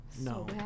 No